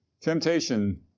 Temptation